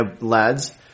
lads